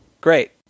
great